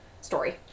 story